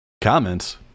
Comments